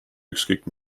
ükskõik